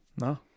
no